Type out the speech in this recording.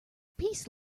peace